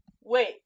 Wait